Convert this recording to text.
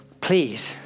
please